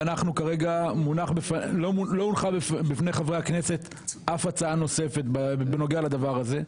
ואנחנו כרגע לא הונחה בפני חברי הכנסת אף הצעה נוספת בנוגע לדבר הזה,